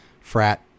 frat